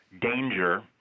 danger